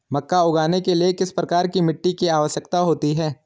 मक्का उगाने के लिए किस प्रकार की मिट्टी की आवश्यकता होती है?